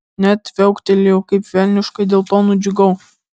net viauktelėjau kaip velniškai dėl to nudžiugau